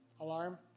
alarm